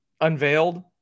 unveiled